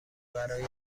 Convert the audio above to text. برای